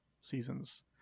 seasons